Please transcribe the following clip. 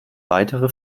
weitere